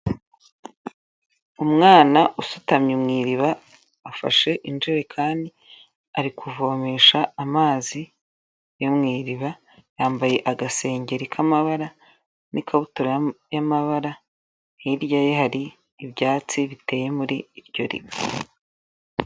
Umwana usutamye mu iriba afashe injerekani ari kuvomesha amazi yo mu iriba, yambaye agasengeri k'amabara n'ikabutura y'amabara, hirya ye hari ibyatsi biteye muri iryo riba.